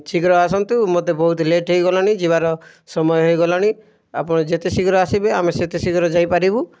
ଶୀଘ୍ର ଆସନ୍ତୁ ମୋତେ ବହୁତ ଲେଟ୍ ହେଇଗଲାଣି ଯିବାର ସମୟ ହୋଇଗଲାଣି ଆପଣ ଯେତେ ଶୀଘ୍ର ଆସିବେ ଆମେ ସେତେ ଶୀଘ୍ର ଯାଇପାରିବୁ